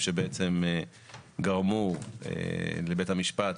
הנושאים שגרמו לבית המשפט